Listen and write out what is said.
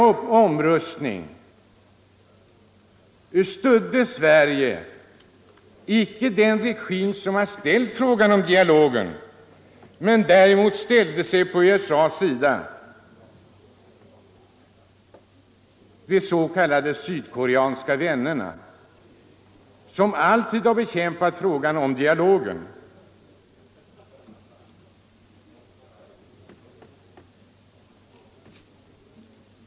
I omröstningen stödde Sverige icke den regim som väckt frågan om dialogen utan ställde sig på samma sida som USA -— de s.k. Sydkoreas vänner som alltid har bekämpat förslaget om dialogen.